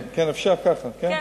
אפשר ככה, כן?